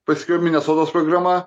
paskiau minesotos programa